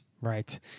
Right